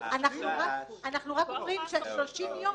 אנחנו רק אומרים 30 יום.